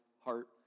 heart